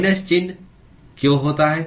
minus चिह्न क्यों होता है